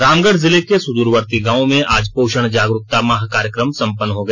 रामगढ़ जिले के के सुदूरवर्ती गांवों में आज पोषण जागरूकता माह कार्यक्रम संपन्न हो गया